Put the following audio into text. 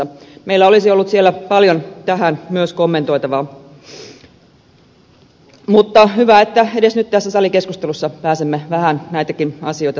myös meillä olisi ollut siellä paljon tähän kommentoitavaa mutta hyvä että edes nyt tässä salikeskustelussa pääsemme vähän näitäkin asioita sivuamaan